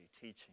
Teaching